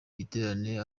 giterane